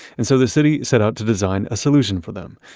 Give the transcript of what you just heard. and so, the city set out to design a solution for them.